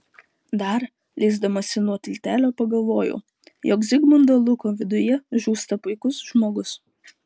dar leisdamasi nuo tiltelio pagalvoju jog zigmundo luko viduje žūsta puikus žmogus